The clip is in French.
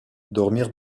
dormir